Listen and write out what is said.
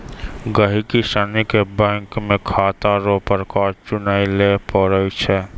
गहिकी सनी के बैंक मे खाता रो प्रकार चुनय लै पड़ै छै